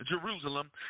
Jerusalem